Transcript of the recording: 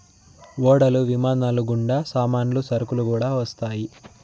ఓడలు విమానాలు గుండా సామాన్లు సరుకులు కూడా వస్తాయి